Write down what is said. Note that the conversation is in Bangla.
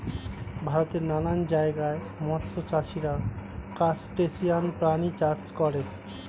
ভারতের নানান জায়গায় মৎস্য চাষীরা ক্রাসটেসিয়ান প্রাণী চাষ করে